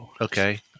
Okay